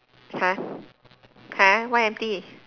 !huh! !huh! why empty